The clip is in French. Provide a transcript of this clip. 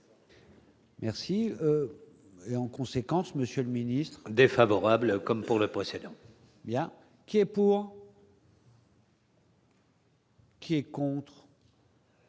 Merci, et en conséquence, Monsieur le Ministre. Défavorable comme pour le précédent. Il y a, qui est pour. Qui est contre.